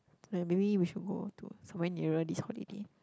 maybe we should go to somewhere nearer this holiday